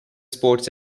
sports